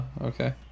okay